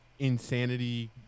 Insanity